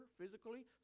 physically